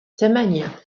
ثمانية